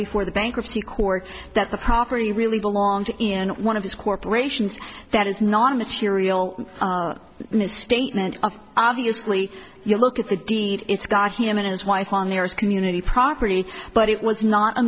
before the bankruptcy court that the property really belonged in one of his corporations that is non material this statement of obviously you look at the deed it's got him and his wife on there is community property but it was not a